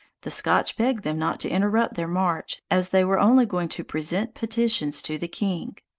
the scotch begged them not to interrupt their march, as they were only going to present petitions to the king!